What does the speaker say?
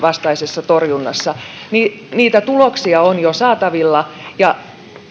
torjunnassa niitä tuloksia on jo saatavilla ja